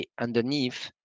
underneath